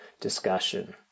Discussion